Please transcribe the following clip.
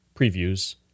previews